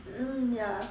mm ya